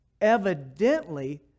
evidently